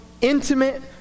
intimate